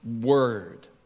Word